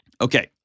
Okay